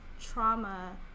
trauma